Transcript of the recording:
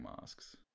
masks